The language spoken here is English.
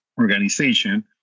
organization